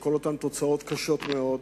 וכל אותן תוצאות קשות מאוד,